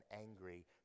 angry